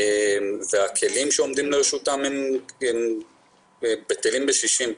הכלים שעומדים לרשותם בטלים בשישים.